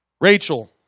Rachel